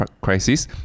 crisis